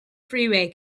freeway